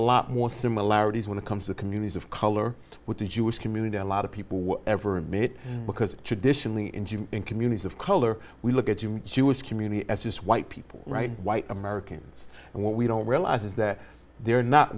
lot more similarities when it comes to communities of color with the jewish community a lot of people whatever mitt because traditionally in june in communities of color we look at your jewish community as just white people right white americans and what we don't realize is that they're not